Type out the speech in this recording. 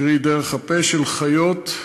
קרי דרך הפה, של חיות,